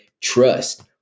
trust